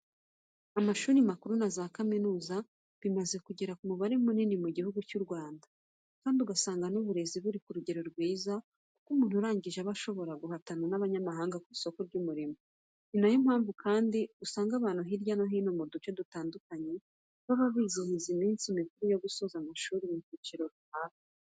Amashuri makuru na za kaminuza bimaze kugera ku mubare munini mu Gihugu cy'u Rwanda kandi ugasanga n'uburezi buri ku rugero rwiza kuko umuntu urangije aba ashobora guhatana n'abanyamahanga ku isoko ry'umurimo. Ni na yo mpamvu kandi usanga abantu hirya no hino mu duce dutandukanye baba bizihiza iminsi mikuru yo gusoza amashuri mu cyiciro runaka.